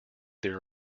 their